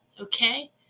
Okay